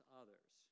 others